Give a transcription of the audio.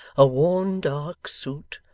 a worn dark suit,